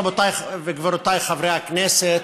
רבותיי וגבירותיי חברי הכנסת,